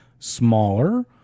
smaller